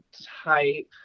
type